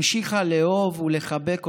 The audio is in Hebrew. המשיכה לאהוב ולחבק אותנו,